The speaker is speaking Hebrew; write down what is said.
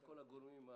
כל הגורמים.